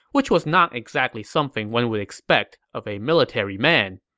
which was not exactly something one would expect of a military man.